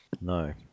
No